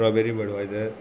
strawberry Budweiser